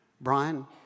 Brian